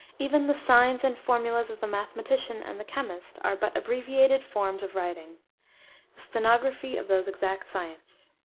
even the signs and formulas of the mathematician and the chemist are but abbreviated forms of writing the stenography of those exact sciences.